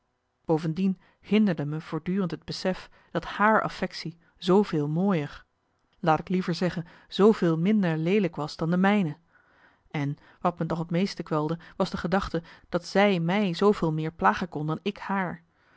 bovendien hinderde me voortdurend het besef dat haar affectie zooveel mooier laat ik liever zeggen zooveel minder leelijk was dan de mijne en wat me nog t meest kwelde was de gedachte dat zij mij zooveel meer plagen kon dan ik haar